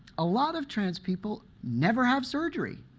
a lot of trans people never have surgery.